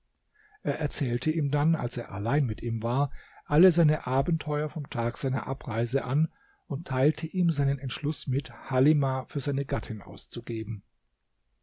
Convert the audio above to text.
er erzählte ihm dann als er allein mit ihm war alle seine abenteuer vom tag seiner abreise an und teilte ihm seinen entschluß mit halimah für seine gattin auszugeben